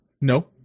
No